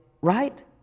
right